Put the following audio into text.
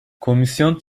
komisyon